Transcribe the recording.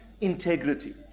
integrity